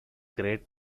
great